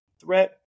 threat